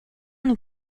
nous